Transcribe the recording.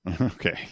Okay